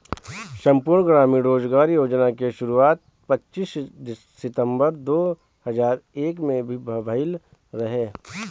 संपूर्ण ग्रामीण रोजगार योजना के शुरुआत पच्चीस सितंबर दो हज़ार एक में भइल रहे